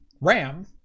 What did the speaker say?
RAM